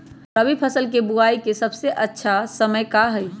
रबी फसल के बुआई के सबसे अच्छा समय का हई?